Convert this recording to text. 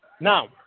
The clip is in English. Now